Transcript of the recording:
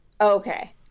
Okay